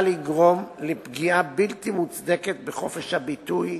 לגרום לפגיעה בלתי מוצדקת בחופש הביטוי,